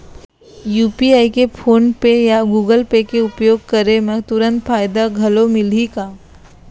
UPI के PhonePe या Google Pay के उपयोग करे म तुरंत फायदा घलो मिलही का?